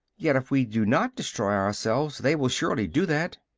yet if we do not destroy ourselves, they will surely do that.